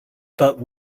but